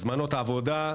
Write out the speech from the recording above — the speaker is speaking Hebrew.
הזמנות עבודה,